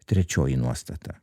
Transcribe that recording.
trečioji nuostata